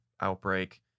outbreak